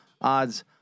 odds